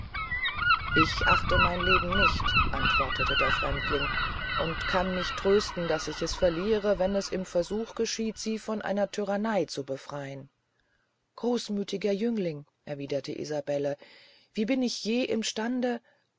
ich achte mein leben nicht antwortete der fremdling und kann mich trösten daß ich es verliere wenn es im versuch geschieht sie von seiner tyranney zu befreyen großmüthiger jüngling erwiederte isabelle bin ich je im stande